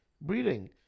breeding